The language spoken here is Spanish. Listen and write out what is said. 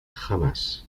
jamás